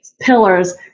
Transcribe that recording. pillars